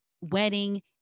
wedding